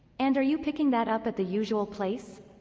and, are you picking that up at the usual place?